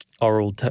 oral